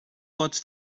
pots